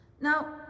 Now